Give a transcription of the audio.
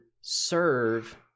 serve